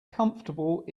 comfortable